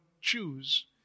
choose